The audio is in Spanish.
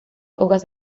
hojas